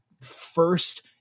first